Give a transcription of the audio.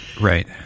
Right